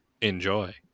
Enjoy